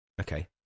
Okay